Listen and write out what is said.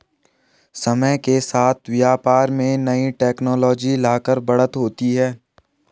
समय के साथ व्यापार में नई टेक्नोलॉजी लाकर बढ़त होती है